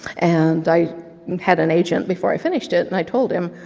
and i had an agent before i finished it, and i told him,